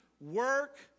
work